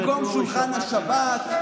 במקום שולחן השבת.